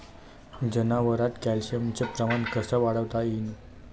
जनावरात कॅल्शियमचं प्रमान कस वाढवता येईन?